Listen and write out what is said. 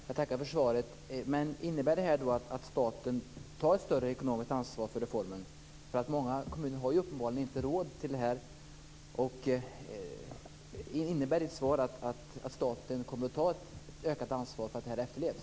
Herr talman! Jag tackar för svaret. Innebär det att staten tar ett större ekonomiskt ansvar för reformen? Många kommuner har uppenbarligen inte råd med detta. Innebär socialministerns svar att staten kommer att ta ett ökat ansvar för att lagen efterlevs?